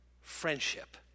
friendship